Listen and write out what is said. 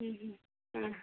ആ